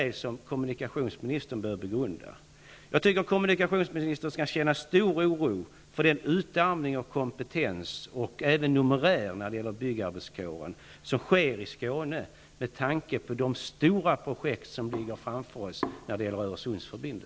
Jag tycker, med tanke på de stora projekt som ligger framför oss när det gäller Öresundsförbindelserna, att kommunikationsministern skall känna stor oro för den utarmning av kompetens och numerär som sker i fråga om byggarbetskåren i Skåne.